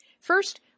First